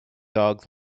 dogs